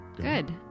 good